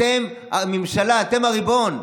אתם הממשלה, אתם הריבון.